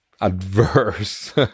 adverse